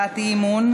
אין לי תשובה.